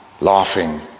laughing